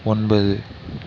ஒன்பது